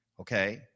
Okay